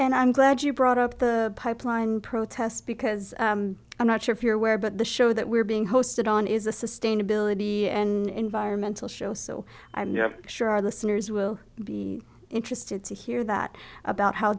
and i'm glad you brought up the pipeline protest because i'm not sure if you're aware but the show that we're being hosted on is the sustainability and environmental show so i'm sure our listeners will be interested to hear that about how